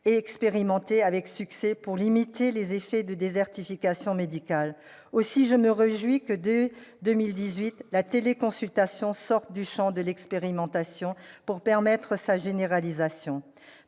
et expérimentée avec succès pour limiter les effets de la désertification médicale. Aussi, je me réjouis que, dès 2018, la téléconsultation sorte du champ de l'expérimentation pour être généralisée.